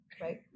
Right